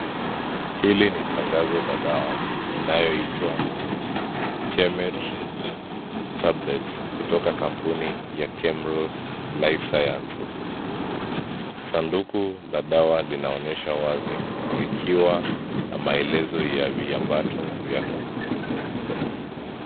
Hili ni tangazo la dawa inayoitwa chemmet tablets kutoka kampuni ya chemross life sciences sanduku la dawa linaonyesha wazi likiwa na maelezo ya viambato vyake.